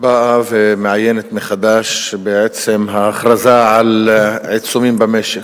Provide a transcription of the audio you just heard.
באה ומעיינת מחדש בעצם ההכרזה על עיצומים במשק.